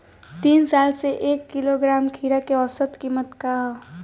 तीन साल से एक किलोग्राम खीरा के औसत किमत का ह?